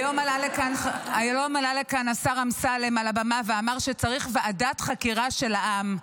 היום עלה כאן על הבמה השר אמסלם ואמר שצריך ועדת חקירה של העם.